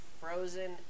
Frozen